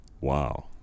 wow